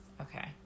Okay